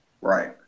right